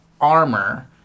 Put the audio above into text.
armor